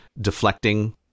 deflecting